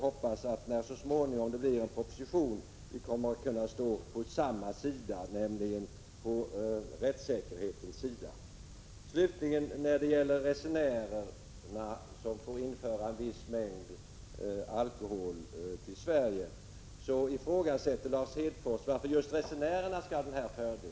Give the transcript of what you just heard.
När det så småningom framläggs en proposition hoppas jag att vi kommer att kunna stå på samma sida, nämligen på rättssäkerhetens sida. När det slutligen gäller resenärerna, som får införa en viss mängd alkohol skattefritt till Sverige, ifrågasätter Lars Hedfors varför just de skall ha den fördelen.